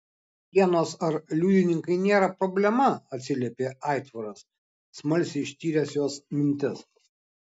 sienos ar liudininkai nėra problema atsiliepė aitvaras smalsiai ištyręs jos mintis